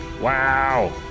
wow